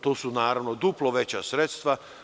To su, naravno, duplo veća sredstva.